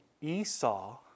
Esau